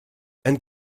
and